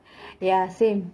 ya same